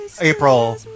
April